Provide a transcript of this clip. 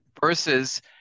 versus